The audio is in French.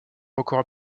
record